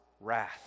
wrath